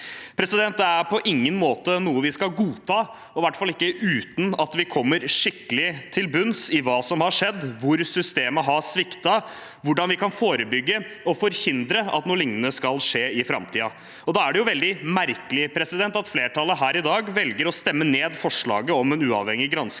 under ett. Det er på ingen måte noe vi skal godta, og i hvert fall ikke uten at vi kommer skikkelig til bunns i hva som har skjedd, hvor systemet har sviktet, og hvordan vi kan forebygge og forhindre at noe lignende skal skje i framtiden. Da er det veldig merkelig at flertallet her i dag velger å stemme ned forslaget om en uavhengig granskning